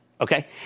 okay